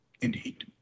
Indeed